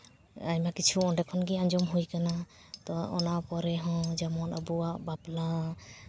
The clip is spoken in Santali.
ᱟᱭᱢᱟ ᱠᱤᱪᱷᱩ ᱚᱸᱰᱮ ᱠᱷᱚᱱᱜᱮ ᱟᱸᱡᱚᱢ ᱟᱠᱟᱱᱟ ᱚᱱᱟ ᱯᱚᱨᱮ ᱦᱚᱸ ᱡᱮᱢᱚᱱ ᱟᱵᱚᱣᱟᱜ ᱵᱟᱯᱞᱟ